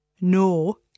No